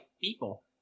people